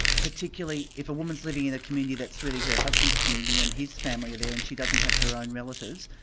particularly if a woman's living in a community that's really her husband's community and his family is there and she doesn't have her own relatives,